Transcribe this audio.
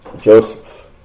Joseph